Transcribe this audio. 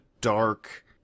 dark